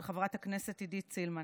של חברת הכנסת עידית סילמן.